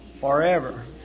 Forever